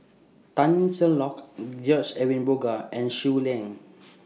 Tan Cheng Lock George Edwin Bogaars and Shui Lan